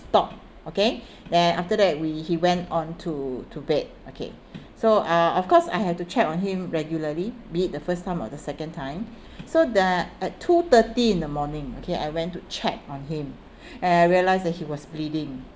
stopped okay then after that we he went on to to bed okay so uh of course I have to check on him regularly be it the first time or the second time so the at two thirty in the morning okay I went to check on him and I realised that he was bleeding